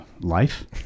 life